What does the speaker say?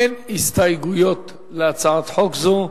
אין הסתייגויות להצעת חוק זו,